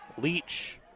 Leach